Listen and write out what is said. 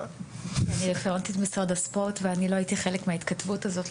אני לא הייתי חלק מההתכתבות הזאת,